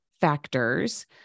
factors